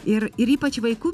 ir ir ypač vaikų